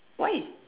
why